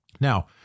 Now